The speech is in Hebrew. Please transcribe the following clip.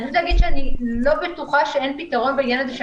אני לא בטוחה שאין פתרון בעניין הזה,